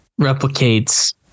replicates